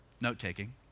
note-taking